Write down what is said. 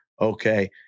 Okay